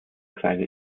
kleine